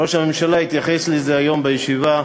ראש הממשלה התייחס לזה היום בישיבה,